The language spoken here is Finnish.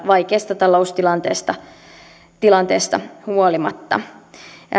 vaikeasta taloustilanteesta huolimatta